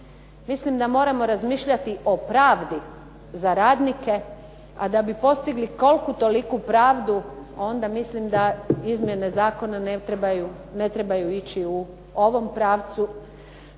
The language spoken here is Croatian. Mislim da trebamo razmišljati o pravdi za radnike, a da bi postigli koliku toliku pravdu, onda mislim da izmjene zakona ne trebaju ići u ovom pravcu,